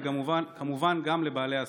וכמובן גם לבעלי העסקים,